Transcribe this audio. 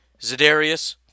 Zedarius